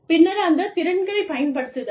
பின்னர் அந்த திறன்களைப் பயன்படுத்துதல்